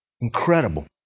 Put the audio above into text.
Incredible